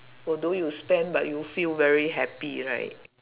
although you spend but you feel very happy right